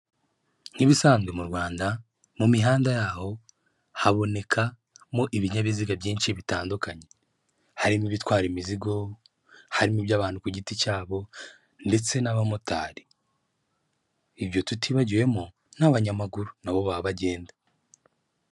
Nk'ibisanzwe mu Rwanda mu mihanda yaho habonekamo ibinyabiziga byinshi bitandukanye, harimo ibitwara imizigo, harimo iby'abantu ku giti cyabo ndetse n'abamotari, ibyo tutibagiwemo n'abanyamaguru na bo baba bagenda.